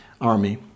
army